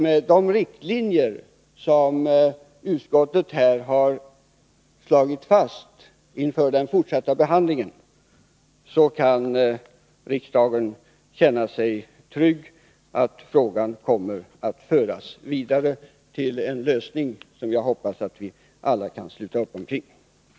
Med de riktlinjer som utskottet har slagit fast inför den fortsatta behandlingen tycker jag att riksdagen kan känna sig trygg. Frågan kommer att föras vidare till en lösning som jag hoppas att vi alla kan sluta upp omkring.